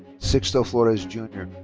sixto flores jr.